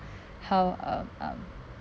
how um um